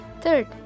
Third